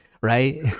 right